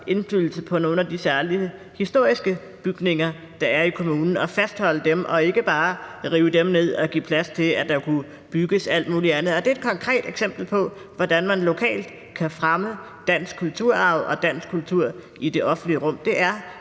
at fastholde nogle af de særlige historiske bygninger, der er i kommunen, og ikke bare rive dem ned og give plads til, at der kunne bygges alt muligt andet. Det er et konkret eksempel på, hvordan man lokalt kan fremme dansk kulturarv og dansk kultur i det offentlige rum. Det er